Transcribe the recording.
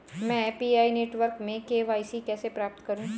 मैं PI network में KYC कैसे प्राप्त करूँ?